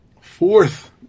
fourth